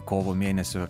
kovo mėnesio